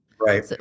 Right